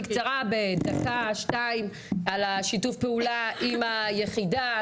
בקצרה על שיתוף הפעולה עם היחידה.